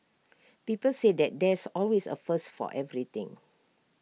people say that there's always A first for everything